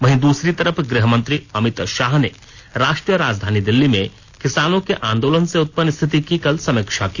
वहीं दूसरी तरफ गृहमंत्री अमित शाह ने राष्ट्रीय राजधानी दिल्ली में किसानों के आंदोलन से उत्पन्न स्थिति की कल समीक्षा की